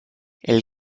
elle